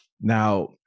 Now